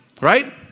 right